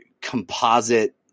composite